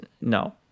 no